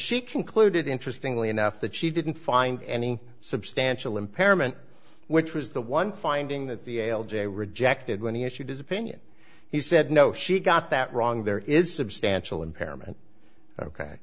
she concluded interesting enough that she didn't find any substantial impairment which was the one finding that the ale jay rejected when he issued his opinion he said no she got that wrong there is substantial impairment ok